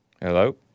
Hello